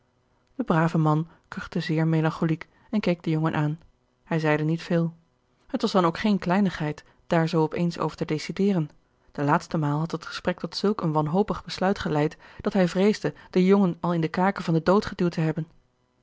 de brave man kuchte zeer melancholiek en keek den jongen aan hij zeide niet veel het was dan ook geene kleinigheid daar zoo op eens over te decideren de laatste maal had het gesprek tot zulk een wanhopig besluit geleid dat hij vreesde den jongen al in de kaken van den dood geduwd te hebben